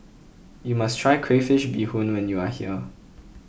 you must try Crayfish BeeHoon when you are here